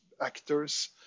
actors